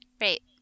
Great